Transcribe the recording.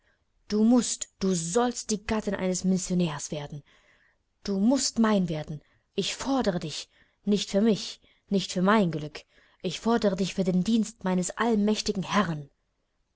du mußt du sollst die gattin eines missionärs werden du mußt mein werden ich fordere dich nicht für mich nicht für mein glück ich fordere dich für den dienst meines allmächtigen herrn